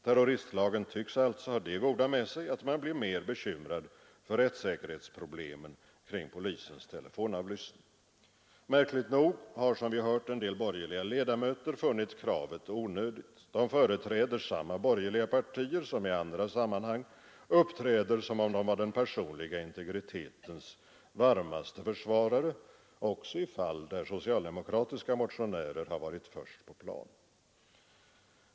Terroristlagen tycks alltså ha det goda med sig att man blivit mer bekymrad för rättssäkerhetsproblemen kring polisens telefonavlyssning. Märkligt nog har, som vi hört, en del borgerliga ledamöter funnit kravet onödigt. De företräder samma borgerliga partier som i andra sammanhang uppträder som om de vore den personliga integritetens varmaste försvarare, också i fall där socialdemokratiska motionärer har varit först på plan.